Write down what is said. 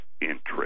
interest